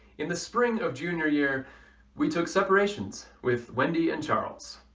in the spring of junior year we took separations with wendy and charles.